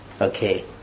Okay